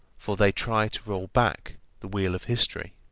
for they try to roll back the wheel of history.